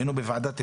היינו בוועדת הפנים,